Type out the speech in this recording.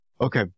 Okay